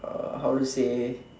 uh how to say